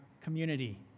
community